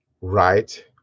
right